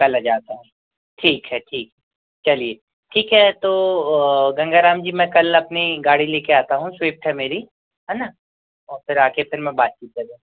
कल आ जाता हूँ ठीक है ठीक है चलिए ठीक है तो गंगाराम जी मैं कल अपनी गाड़ी ले कर आता हूँ स्विफ़्ट है मेरी है ना और फिर आ कर फिर मैं बातचीत